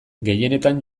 gehienetan